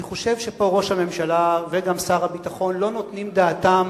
אני חושב שפה ראש הממשלה וגם שר הביטחון לא נותנים דעתם